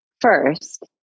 first